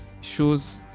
shows